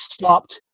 stopped